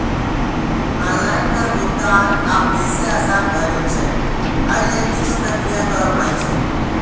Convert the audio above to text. online कर भुगतान आब बेसी आसान भए गेल छै, अय लेल किछु प्रक्रिया करय पड़ै छै